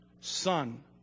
Son